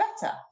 better